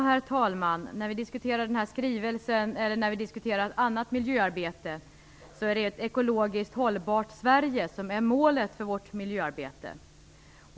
Herr talman! När vi diskuterar den här skrivelsen eller när vi diskuterar annat miljöarbete är det ett ekologiskt hållbart Sverige som är målet för vårt miljöarbete.